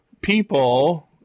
people